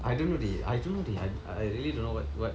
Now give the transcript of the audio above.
I didn't really I don't know I really don't know what what